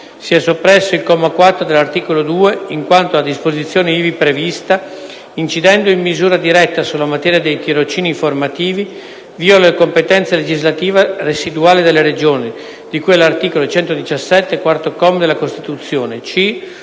sia soppresso il comma 4 dell’articolo 2 in quanto la disposizione ivi prevista, incidendo in misura diretta sulla materia dei tirocini formativi, viola la competenza legislativa residuale delle Regioni, di cui all’articolo 117, quarto comma della Costituzione; c)